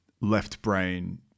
left-brain